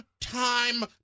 time